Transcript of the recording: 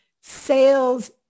Sales